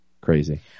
Crazy